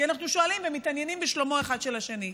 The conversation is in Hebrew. כי אנחנו שואלים ומתעניינים בשלומו אחד של השני.